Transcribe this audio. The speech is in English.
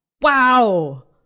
Wow